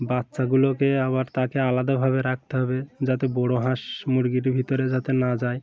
বাচ্চাগুলোকে আবার তাকে আলাদাভাবে রাখতে হবে যাতে বড়ো হাঁস মুরগির ভিতরে যাতে না যায়